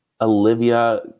Olivia